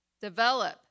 Develop